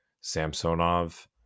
Samsonov